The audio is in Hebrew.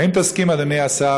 ואדוני השר,